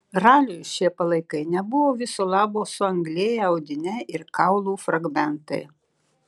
raliui šie palaikai nebuvo viso labo suanglėję audiniai ir kaulų fragmentai